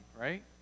right